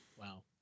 Wow